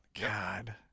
God